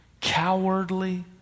cowardly